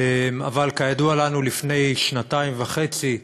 אבל כידוע לנו, לפני שנתיים וחצי,